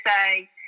say